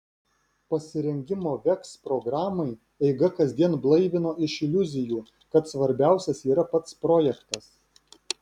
pasirengimo veks programai eiga kasdien blaivino iš iliuzijų kad svarbiausias yra pats projektas